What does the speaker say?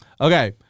Okay